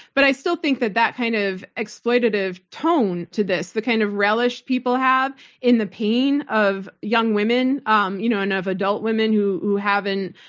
but i still think that that kind of exploitative tone to this, the kind of relish people have in the pain of young women um you know and of adult women who haven't,